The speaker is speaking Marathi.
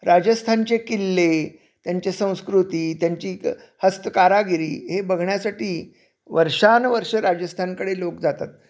राजस्थानचे किल्ले त्यांचे संस्कृती त्यांची क हस्तकारागिरी हे बघण्यासाठी वर्षानुवर्षं राजस्थानकडे लोक जातात